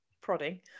prodding